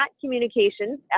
Communications